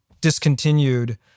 discontinued